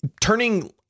turning